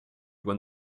when